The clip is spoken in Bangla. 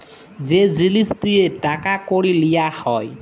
যে জিলিস দিঁয়ে টাকা কড়ি লিয়া হ্যয়